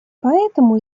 поэтому